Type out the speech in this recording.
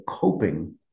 coping